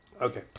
Okay